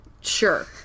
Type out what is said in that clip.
Sure